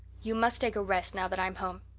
you must take a rest, now that i'm home.